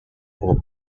were